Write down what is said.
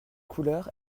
couleur